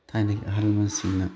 ꯊꯥꯏꯅꯒꯤ ꯑꯍꯜ ꯂꯃꯟꯁꯤꯡꯅ